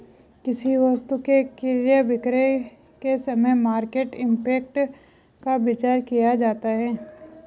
किसी वस्तु के क्रय विक्रय के समय मार्केट इंपैक्ट का विचार किया जाता है